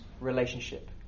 relationship